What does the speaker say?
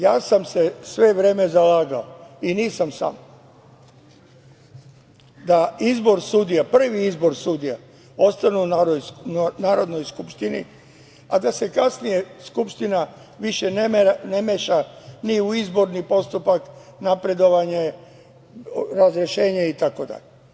Ja sam se sve vreme zalagao, i nisam sam, da prvi izbor sudija ostane u Narodnoj skupštini, a da se kasnije Skupština više ne meša ni u izbor, ni u postupak napredovanja, razrešenja itd.